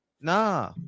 Nah